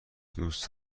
دوست